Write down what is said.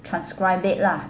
transcribed it lah